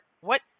what-